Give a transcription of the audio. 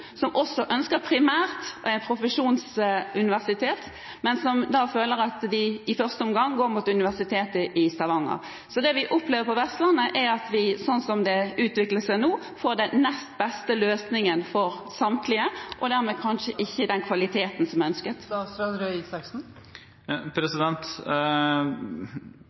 ønsker også primært å være et profesjonsuniversitet, men føler at de i første omgang går mot Universitetet i Stavanger. På Vestlandet opplever vi at sånn som det utvikler seg nå, får vi den nest beste løsningen for samtlige og dermed kanskje ikke den kvaliteten som er ønsket.